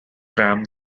ramp